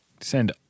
send